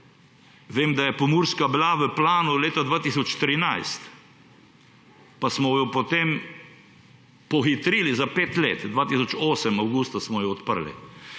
Vem, da je pomurska bila v planu leta 2013. Pa smo jo potem pohitrili za 5 let, avgusta 2008 smo jo odprli.